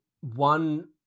One